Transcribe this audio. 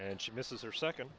and she misses her second